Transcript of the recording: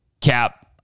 Cap